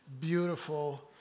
beautiful